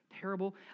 terrible